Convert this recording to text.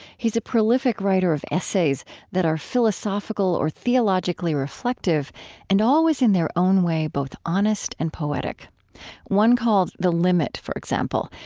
he's a prolific writer of essays that are philosophical or theologically reflective and always, in their own way, both honest and poetic one called the limit, for example,